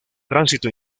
tránsito